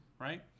Right